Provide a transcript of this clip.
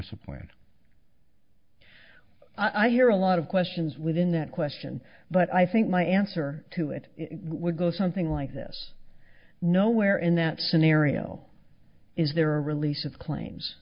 plan i hear a lot of questions within that question but i think my answer to it would go something like this no where in that scenario is there or release of claims